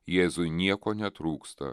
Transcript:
jėzui nieko netrūksta